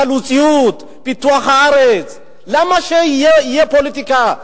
חלוציות, פיתוח הארץ, למה שתהיה פוליטיקה?